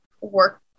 work